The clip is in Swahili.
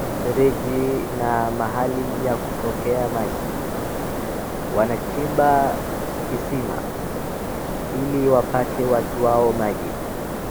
mfereji na mahali pa kutokea maji. Wanachimba kisima ili wapatie watu wao maji.